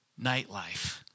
nightlife